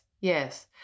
Yes